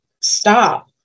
stop